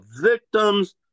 victims